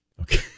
Okay